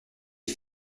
les